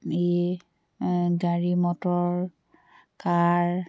গাড়ী মটৰ কাৰ